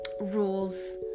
rules